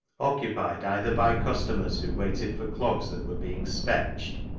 occupied either by customers who waited for clogs that were being spetched,